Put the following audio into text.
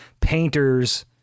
Painters